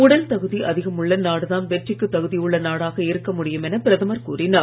உடல் தகுதி அதிகமுள்ள நாடு தான் வெற்றிக்கு தகுதியுள்ள நாடாக இருக்க முடியும் என பிரதமர் கூறினார்